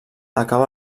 acaba